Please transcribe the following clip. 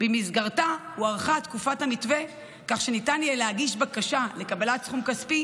שבמסגרתה הוארכה תקופת המתווה כך שניתן יהיה להגיש בקשה לקבלת סכום כספי